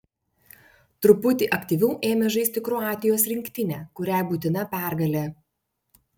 truputį aktyviau ėmė žaisti kroatijos rinktinė kuriai būtina pergalė